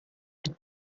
for